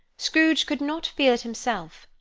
scrooge could not feel it himself,